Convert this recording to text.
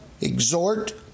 exhort